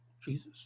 Jesus